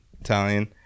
Italian